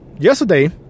Yesterday